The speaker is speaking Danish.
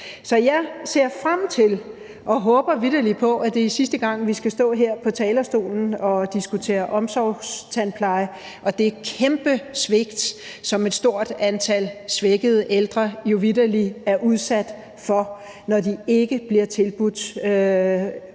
og håber vitterlig på, at det er sidste gang, vi skal stå her på talerstolen og diskutere omsorgstandpleje. Det er et kæmpe svigt, som et stort antal svækkede ældre vitterlig er udsat for, når de ikke får tilbudt